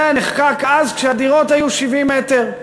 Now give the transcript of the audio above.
זה נחקק אז, כשהדירות היו 70 מ"ר.